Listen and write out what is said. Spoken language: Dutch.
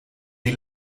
die